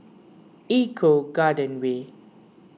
Eco Garden Way